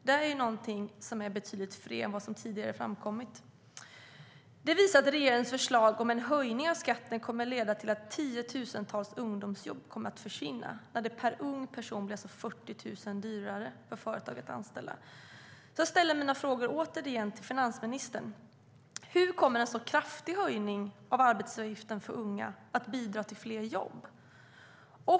Det är betydligt fler än vad som tidigare framkommit. Jag ställer återigen mina frågor till finansministern: Hur kommer en så kraftig höjning av arbetsgivaravgiften för unga att bidra till fler jobb?